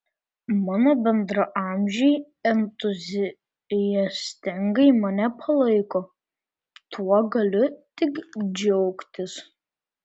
mano bendraamžiai entuziastingai mane palaiko tuo galiu tik džiaugtis